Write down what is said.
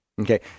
Okay